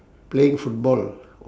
playing football